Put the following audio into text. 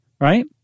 right